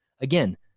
Again